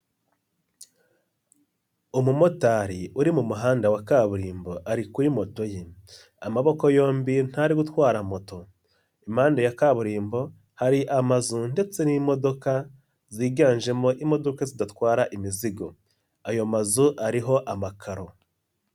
Umumotari uri mu muhanda wa kaburimbo ari kuri moto ye. Amaboko yombi ntari gutwara moto. Impande ya kaburimbo hari amazu ndetse n'imodoka ziganjemo imodoka zidatwara imizigo. Ayo mazu ariho amakaro.